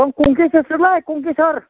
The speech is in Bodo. आं कंखेसरसोलै कंखेसर